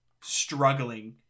struggling